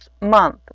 month